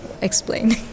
explain